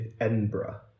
Edinburgh